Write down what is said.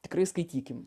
tikrai skaitykim